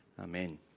Amen